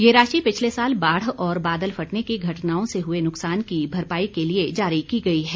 ये राशि पिछले साल बाढ़ और बादल फटने की घटनाओं से हुए नुकसान की भरपाई के लिए जारी की गई है